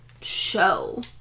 show